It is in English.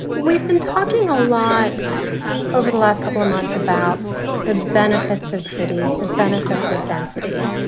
we've been talking a lot over the last couple of months about the benefits of cities, the benefits of density.